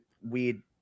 weird